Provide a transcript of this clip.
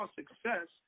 success